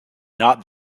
not